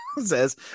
says